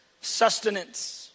Sustenance